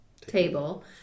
table